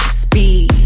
speed